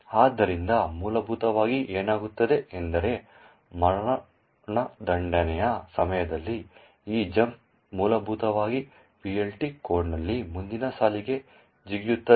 ಆದ್ದರಿಂದ ಮೂಲಭೂತವಾಗಿ ಏನಾಗುತ್ತದೆ ಎಂದರೆ ನೆರವೇರಿಸುವ ಸಮಯದಲ್ಲಿ ಈ ಜಂಪ್ ಮೂಲಭೂತವಾಗಿ PLT ಕೋಡ್ನಲ್ಲಿ ಮುಂದಿನ ಸಾಲಿಗೆ ಜಿಗಿಯುತ್ತದೆ